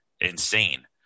insane